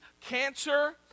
cancer